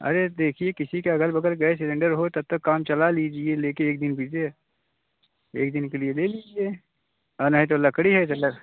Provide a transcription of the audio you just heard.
अरे देखिए किसी का अगल बगल गैस सिलिंडर हो तब तक काम चला लीजिए लेके एक दिन बीजे एक दिन के लिए ले लीजिए और नहीं तो लकड़ी है जला